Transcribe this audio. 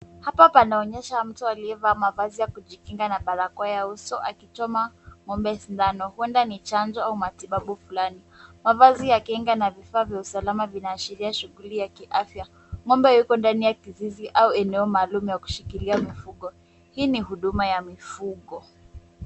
Hapa panaonyesha mtu aliyevaa mavazi ya kujikinga na barakoa ya uso, akichoma ng'ombe sindano, huwenda ni chanjo au matibabu fulani. Mavazi ya kinga na vifaa vya usalama vinaashiria shughuli ya kiafya. Ng'ombe yuko ndani ya kizizi au eneo maalumu ya kushikilia mifugo. Hii ni huduma maalumu ya mifugo.